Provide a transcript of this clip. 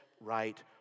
right